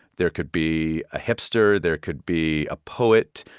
there could be a hipster. there could be a poet.